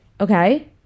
okay